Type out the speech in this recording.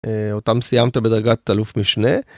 אותם סיימת בדרגת אלוף משנה.